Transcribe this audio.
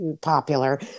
popular